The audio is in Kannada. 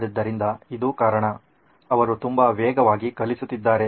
ಆದ್ದರಿಂದ ಇದು ಕಾರಣ ಅವರು ತುಂಬಾ ವೇಗವಾಗಿ ಕಲಿಸುತ್ತಿದ್ದಾರೆ